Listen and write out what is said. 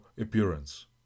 appearance